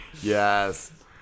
Yes